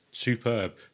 superb